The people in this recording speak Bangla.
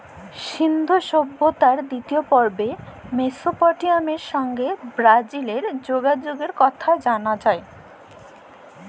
সিল্ধু সভ্যতার দিতিয় পর্বে মেসপটেমিয়ার সংগে বালিজ্যের যগাযগের কথা জালা যায়